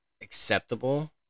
acceptable